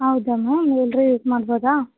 ಹೌ್ದಾ ma'am ಎಲ್ಲರು use ಮಾಡ್ಬೌದಾ